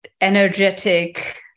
energetic